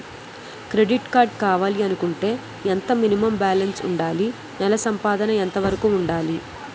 Credit card కావాలి అనుకుంటే ఎంత మినిమం బాలన్స్ వుందాలి? నెల సంపాదన ఎంతవరకు వుండాలి?